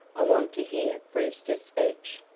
i want to hear brewster's speech.